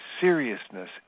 seriousness